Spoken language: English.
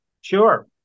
sure